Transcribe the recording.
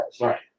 Right